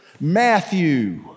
Matthew